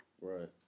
Right